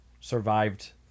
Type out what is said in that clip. survived